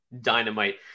dynamite